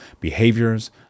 behaviors